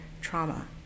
trauma